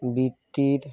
বৃত্তির